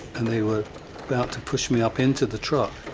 and they were about to push me up into the truck,